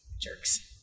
Jerks